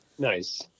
Nice